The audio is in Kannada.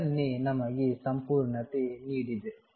ಇದನ್ನೇ ನಮಗೆ ಸಂಪೂರ್ಣತೆ ನೀಡಿದೆ